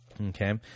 Okay